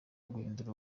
guhindura